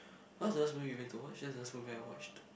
what was the last movie we've been to watch that's the last movie I watched